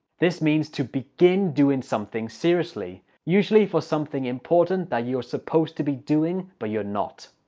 this means to begin doing something seriously usually for something important that you're supposed to be doing but you're not!